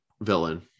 villain